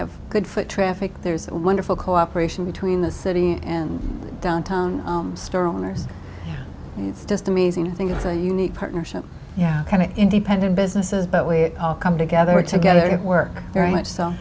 have good foot traffic there's wonderful cooperation between the city and downtown store owners it's just amazing i think it's a unique partnership yeah kind of independent businesses but we come together to get to work very much so